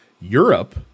Europe